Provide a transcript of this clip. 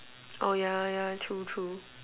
oh yeah yeah true true